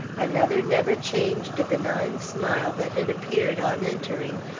another never changed a benign smile that had appeared on entering,